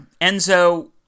Enzo